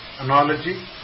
analogy